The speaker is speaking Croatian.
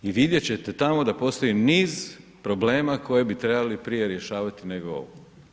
I vidjet ćete tamo da postoji niz problema koje bi trebali prije rješavati nego ovo.